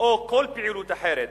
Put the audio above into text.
או כל פעילות אחרת,